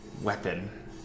weapon